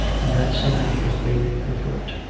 and that someone was bathing her foot.